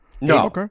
No